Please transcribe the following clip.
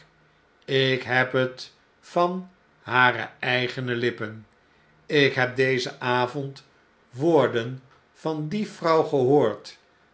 ik heb het van hare eigene lippen ik heb dezen avond woorden van die vrouw gehoord